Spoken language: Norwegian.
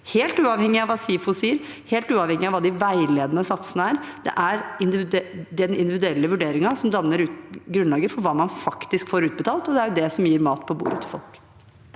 helt uavhengig av hva SIFO sier, og helt uavhengig av hva de veiledende satsene er. Det er den individuelle vurderingen som danner grunnlaget for hva man faktisk får utbetalt, og det er det som gir mat på bordet til folk.